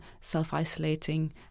self-isolating